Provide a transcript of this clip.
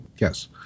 Yes